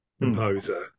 composer